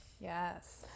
Yes